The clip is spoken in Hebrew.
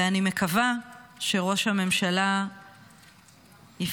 ואני מקווה שראש הממשלה יפעל,